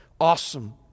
Awesome